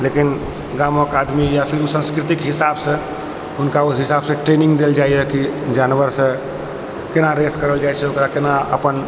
लेकिन गामक आदमी या फेर ओ संस्कृति के हिसाब सऽ हुनका ओहि हिसाब सऽ ट्रेनिंग देल जाइ यऽ कि जानवर सऽ केना रेस करल जाइ छै ओकरा केना अपन